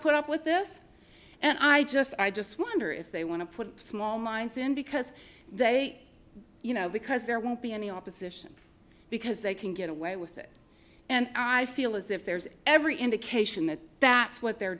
put up with this and i just i just wonder if they want to put small minds in because they you know because there won't be any opposition because they can get away with it and i feel as if there's every indication that that's what they're